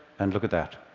and look at that.